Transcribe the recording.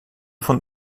von